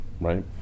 Right